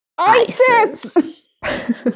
Isis